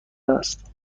است